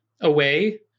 away